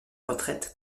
retraite